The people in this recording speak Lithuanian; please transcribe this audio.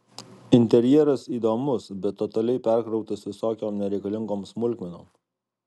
interjeras įdomus bet totaliai perkrautas visokiom nereikalingom smulkmenom